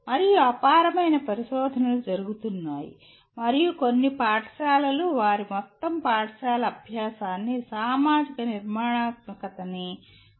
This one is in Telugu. మరియు అపారమైన పరిశోధనలు జరుగుతున్నాయి మరియు కొన్ని పాఠశాలలు వారి మొత్తం పాఠశాల అభ్యాసాన్ని సామాజిక నిర్మాణాత్మకత ని ఖచ్చితంగా అనుసరిస్తాయి